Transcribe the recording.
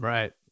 Right